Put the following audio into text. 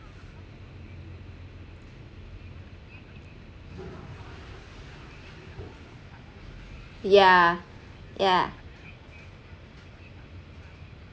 yeah yeah